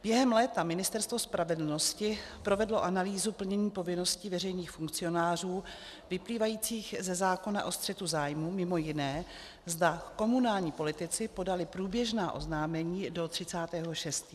Během léta Ministerstvo spravedlnosti provedlo analýzu plnění povinností veřejných funkcionářů vyplývajících ze zákona o střetu zájmů, mimo jiné, zda komunální politici podali průběžná oznámení do 30. 6.